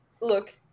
look